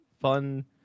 fun